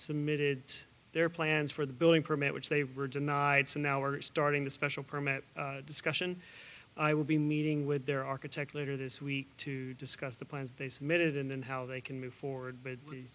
submitted their plans for the building permit which they were denied so now are starting the special permit discussion i will be meeting with their architect later this week to discuss the plans they submitted and then how they can move forward b